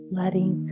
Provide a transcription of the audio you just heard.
letting